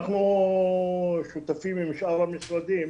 אנחנו שותפים עם שאר המשרדים